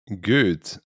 good